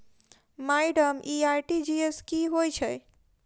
Madam इ RTGS की होइ छैय?